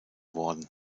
worden